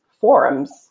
forums